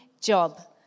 job